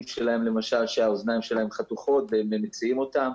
שלהם למשל שהאזנים שלהם חתוכות והם מציעים אותם,